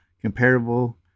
comparable